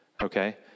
Okay